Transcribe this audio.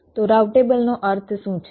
તો રાઉટેબલનો અર્થ શું છે